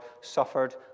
suffered